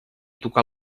tocar